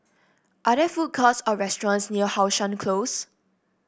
are there food courts or restaurants near How Sun Close